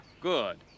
Good